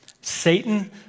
Satan